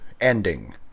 ending